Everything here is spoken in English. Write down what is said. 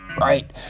right